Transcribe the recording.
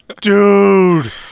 Dude